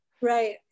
right